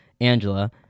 Angela